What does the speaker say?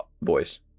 voice